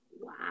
Wow